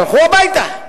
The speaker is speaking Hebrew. תלכו הביתה.